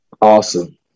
awesome